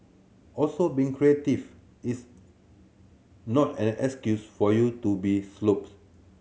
also being creative is not an excuse for you to be